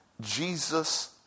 Jesus